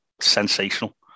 sensational